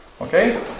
Okay